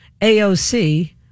AOC